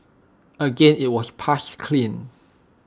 again IT was passed clean